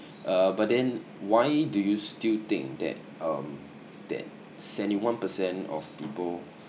uh but then why do you still think that um that seventy one percent of people